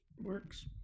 works